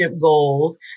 goals